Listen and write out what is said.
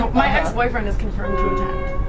my ex-boyfriend is confirmed to attend.